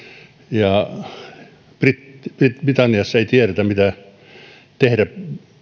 ja britanniassa ei tiedetä mitä tehdä